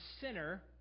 sinner